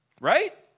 right